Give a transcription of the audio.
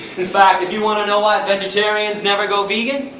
in fact, if you wanna know why vegetarians never go vegan.